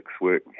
work